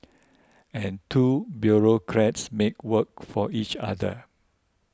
and two bureaucrats make work for each other